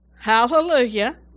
Hallelujah